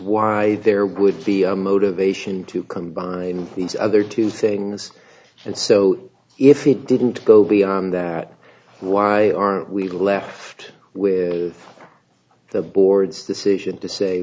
why there would be a motivation to combine these other two things and so if it didn't go beyond that why are we left with the board's decision to say